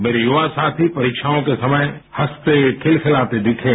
मेरे युवा साथी परीक्षाओं के समय हंसते खिलखिलाते दिखें